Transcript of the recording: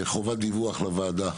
חובת דיווח לוועדה.